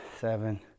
seven